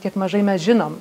tiek mažai mes žinom